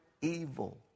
evil